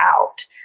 out